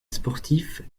sportifs